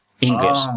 English